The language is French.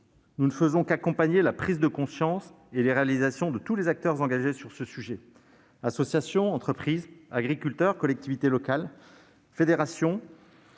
nous ne faisons qu'accompagner la prise de conscience et les réalisations de tous les acteurs engagés- associations, entreprises, agriculteurs, collectivités locales, fédérations